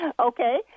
Okay